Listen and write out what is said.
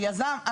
היזם,